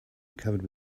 covered